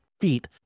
feet